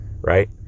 right